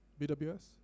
BWS